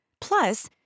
plus